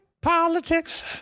politics